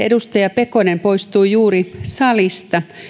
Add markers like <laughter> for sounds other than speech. <unintelligible> edustaja pekonen poistui juuri salista